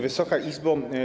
Wysoka Izbo!